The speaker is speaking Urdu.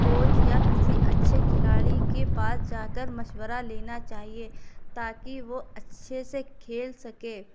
کوچ یا کسی اچھے کھلاڑی کے پاس جا کر مشورہ لینا چاہیے تا کہ وہ اچھے سے کھیل سکے